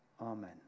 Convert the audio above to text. Amen